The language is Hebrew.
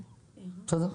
כן.